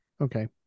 okay